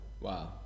Wow